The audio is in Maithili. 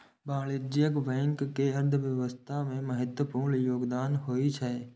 वाणिज्यिक बैंक के अर्थव्यवस्था मे महत्वपूर्ण योगदान होइ छै